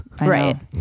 Right